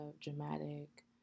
dramatic